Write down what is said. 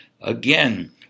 Again